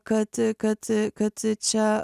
kad kad kad čia